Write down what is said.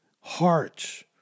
hearts